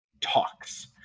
talks